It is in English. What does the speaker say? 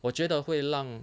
我觉得会让